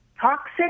Toxic